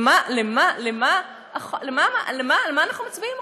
על מה אנחנו מצביעים עכשיו?